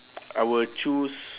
I will choose